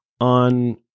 on